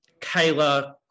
Kayla